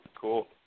Cool